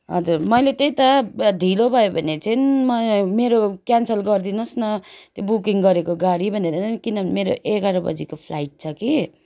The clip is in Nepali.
हजुर मैले त्यही त ढिलो भयो भने चाहिँ म मेरो क्यानसल गरिदिनुहोसो न त्यो बुकिङ गरेको गाडी भनेर नि किनभने मेरो एघार बजीको फ्लाइट छ कि